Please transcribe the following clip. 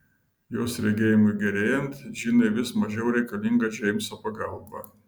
jos regėjimui gerėjant džinai vis mažiau reikalinga džeimso pagalba